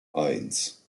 eins